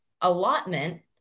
allotment